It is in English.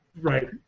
right